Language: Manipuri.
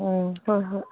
ꯎꯝ ꯍꯣꯏ ꯍꯣꯏ